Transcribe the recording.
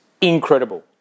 incredible